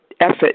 effort